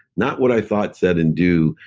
not what i thought, said, and do,